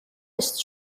ist